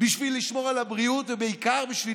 בשביל לשמור על הבריאות ובעיקר בשביל